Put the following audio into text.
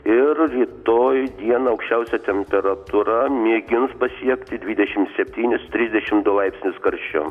ir rytoj dieną aukščiausia temperatūra mėgins pasiekti dvidešimt septynis trisdešimt du laipsnius karščio